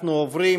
אנחנו עוברים